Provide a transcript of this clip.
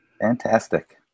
Fantastic